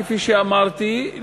כפי שאמרתי,